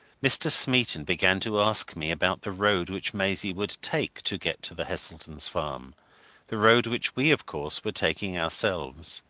mr. smeaton began to ask me about the road which maisie would take to get to the heseltons' farm the road which we, of course, were taking ourselves.